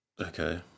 Okay